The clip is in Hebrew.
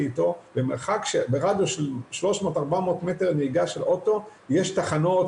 למדתי בבתי ספר טובים ואיכותיים ויש לי תעודת בגרות מצטיינת,